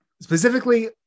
specifically